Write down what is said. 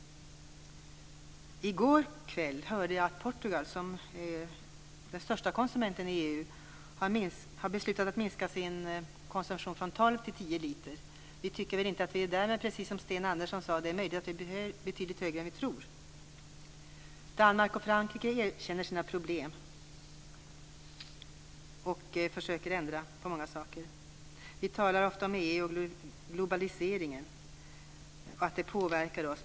I går kväll hörde jag att Portugal - landet med den största alkoholkonsumtionen i EU - har beslutat att minska sin konsumtion från 12 till 10 liter per person. Vi tycker väl inte att vi är där, men som Sten Andersson sade är det möjligt att vår konsumtion är betydligt högre än vad vi tror. I Danmark och Frankrike erkänner man sina problem, och man försöker att ändra på många saker. Vi talar ofta om att EU och globaliseringen påverkar oss.